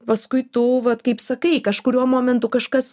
paskui tu vat kaip sakai kažkuriuo momentu kažkas